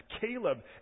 Caleb